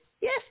Yes